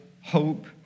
hope